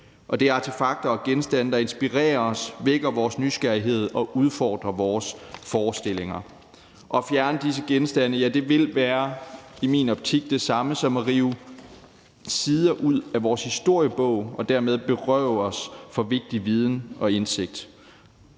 Det er artefakter og genstande, der inspirerer os, vækker vores nysgerrighed og udfordrer vores forestillinger, og at fjerne disse genstande ville i min optik være det samme som at rive sider ud af vores historiebog og dermed berøve os vigtig viden og indsigt.